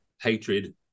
hatred